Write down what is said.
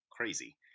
crazy